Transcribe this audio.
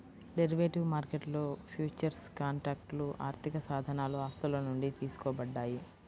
derivative మార్కెట్లో futures కాంట్రాక్ట్లు ఆర్థికసాధనాలు ఆస్తుల నుండి తీసుకోబడ్డాయి